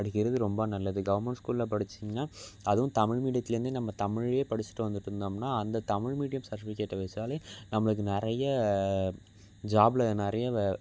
படிக்கிறது ரொம்ப நல்லது கவர்மெண்ட் ஸ்கூலில் படிச்சீங்கன்னால் அதுவும் தமிழ் மீடியத்துலேருந்து நம்ம தமிழையே படிச்சுட்டு வந்துகிட்ருந்தோம்னா அந்த தமிழ் மீடியம் சர்டிஃபிகேட்டை வைச்சாலே நம்மளுக்கு நிறைய ஜாப்பில் நிறைய வ